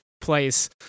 place